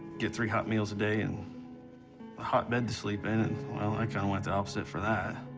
get three hot meals a day and a hot bed to sleep in, and well, i kind of went the opposite for that.